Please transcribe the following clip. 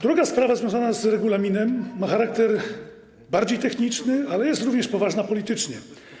Druga sprawa związana z regulaminem ma charakter bardziej techniczny, ale jest również poważna politycznie.